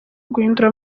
guhindura